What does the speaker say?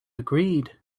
agreed